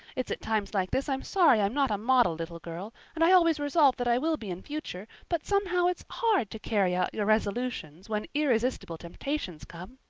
it's at times like this i'm sorry i'm not a model little girl and i always resolve that i will be in future. but somehow it's hard to carry out your resolutions when irresistible temptations come.